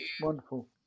Wonderful